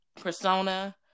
persona